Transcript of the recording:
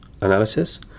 analysis